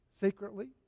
secretly